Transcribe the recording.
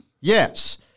Yes